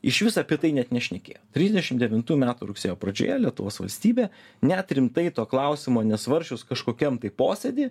išvis apie tai net nešnekėjo trisdešim devintų metų rugsėjo pradžioje lietuvos valstybė net rimtai to klausimo nesvarsčius kažkokiam tai posėdy